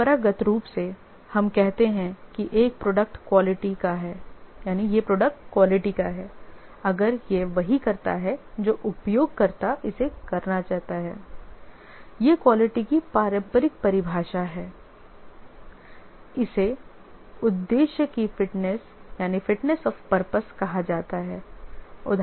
परंपरागत रूप से हम कहते हैं कि एक प्रोडक्ट क्वालिटी का है अगर यह वही करता है जो उपयोगकर्ता इसे करना चाहता है यह क्वालिटी की पारंपरिक परिभाषा है इसे उद्देश्य की फिटनेस कहा जाता है